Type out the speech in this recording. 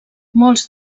molts